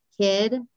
kid